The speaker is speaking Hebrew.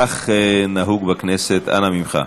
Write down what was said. כך נהוג בכנסת, אנא ממך.